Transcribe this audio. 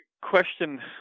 question